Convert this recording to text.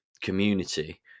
community